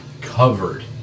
covered